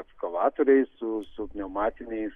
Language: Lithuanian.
ekskavatoriai su su pniaumatiniais